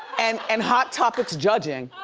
and and hot topics judging.